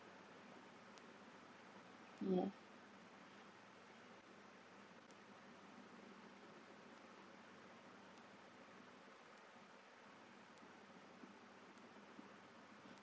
yeah